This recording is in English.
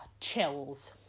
chills